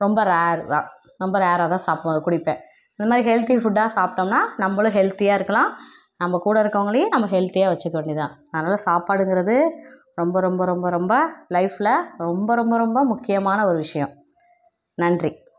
ரொம்ப ரேரு தான் ரொம்ப ரேராகதான் சாப்பு குடிப்பேன் இந்தமாதிரி ஹெல்தி ஃபுட்டாக சாப்பிடம்னா நம்மளும் ஹெல்தியாக இருக்கலாம் நம்ம கூட இருக்கறவங்களையும் நம்ம ஹெல்தியாக வச்சுக்க வேண்டியதுதான் அதனால் சாப்பாடுங்கிறது ரொம்ப ரொம்ப ரொம்ப ரொம்ப லைஃபில் ரொம்ப ரொம்ப ரொம்ப முக்கியமான ஒரு விஷயம் நன்றி